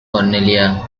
cornelia